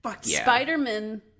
Spider-Man